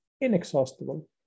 inexhaustible